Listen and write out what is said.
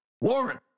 Warren